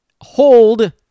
hold